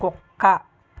కుక్క